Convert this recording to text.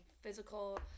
physical